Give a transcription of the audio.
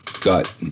got